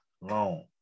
long